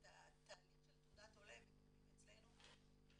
את התהליך של תעודת עולה הם מקבלים אצלנו במרחבים,